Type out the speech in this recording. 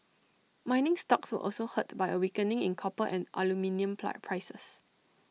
mining stocks were also hurt by A weakening in copper and aluminium prices